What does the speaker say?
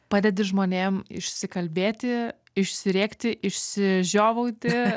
padedi žmonėm išsikalbėti išsirėkti išsižiovauti